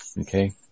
Okay